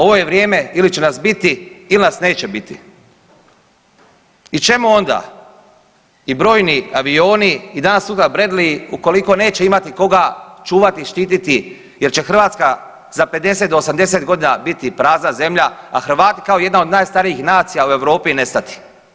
Ovo je vrijeme ili će nas biti il nas neće biti i čemu onda i brojni avioni i danas sutra Bradleyi ukoliko neće imati koga čuvati i štititi jer će Hrvatska za 50 do 80.g. biti prazna zemlja, a Hrvati kao jedna od najstarijih nacija u Europi nestati.